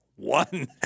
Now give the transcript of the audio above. One